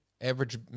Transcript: average